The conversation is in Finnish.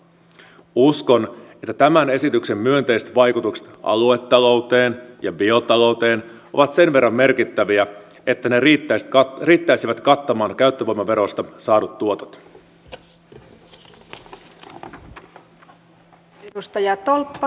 uskon että tämän esityksen myönteiset vaikutukset aluetalouteen ja biotalouteen ovat sen verran merkittäviä että ne riittäisivät kattamaan käyttövoimaverosta saadut tuotot